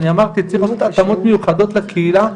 אני אמרתי צריך לבצע התאמות מיוחדות לקהילה,